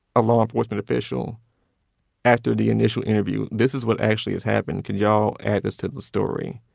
a law enforcement official after the initial interview, this is what actually has happened could y'all add this to the story